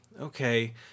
okay